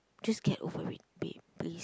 just get over it babe please